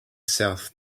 south